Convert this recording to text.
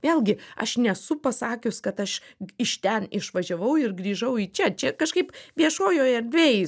vėlgi aš nesu pasakius kad aš iš ten išvažiavau ir grįžau į čia čia kažkaip viešojoj erdvėj